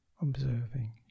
observing